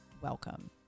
welcome